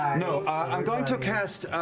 no, i'm going to cast